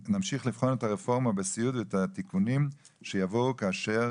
נמשיך לבחון את הרפורמה בסיעוד ואת התיקונים שיבואו כאשר